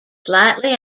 slightly